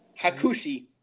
Hakushi